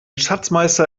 schatzmeister